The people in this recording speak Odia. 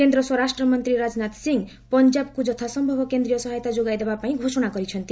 କେନ୍ଦ୍ର ସ୍ୱରାଷ୍ଟ୍ର ମନ୍ତ୍ରୀ ରାଜନାଥ ସିଂ ପଞ୍ଜାବକୁ ଯଥାସମ୍ଭବ କେନ୍ଦ୍ରୀୟ ସହାୟତା ଯୋଗାଇବାପାଇଁ ଘୋଷଣା କରିଛନ୍ତି